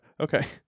Okay